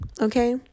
okay